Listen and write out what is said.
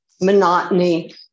monotony